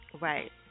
Right